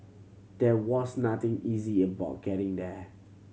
there was nothing easy about getting there